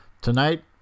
Tonight